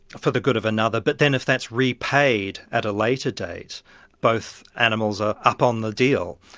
for the good of another. but then if that's repaid at a later date both animals are up on the deal.